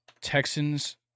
Texans